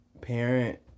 parent